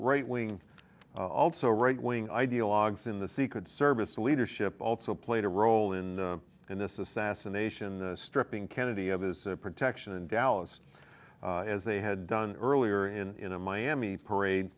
right wing also right wing ideologues in the secret service leadership also played a role in in this assassination stripping kennedy of his protection in dallas as they had done earlier in miami parade